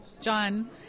John